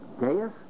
Gaius